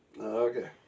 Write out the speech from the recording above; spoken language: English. Okay